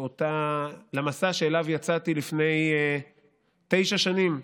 במסע שאליו יצאתי לפני תשע שנים,